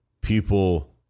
people